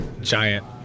giant